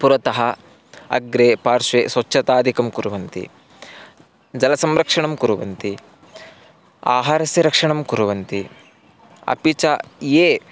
पुरतः अग्रे पार्श्वे स्वच्छतादिकं कुर्वन्ति जलसंरक्षणं कुर्वन्ति आहारस्य रक्षणं कुर्वन्ति अपि च ये